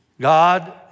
God